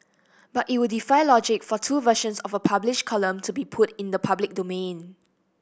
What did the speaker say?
but it would defy logic for two versions of a published column to be put in the public domain